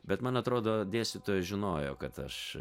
bet man atrodo dėstytoja žinojo kad aš